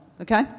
okay